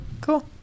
cool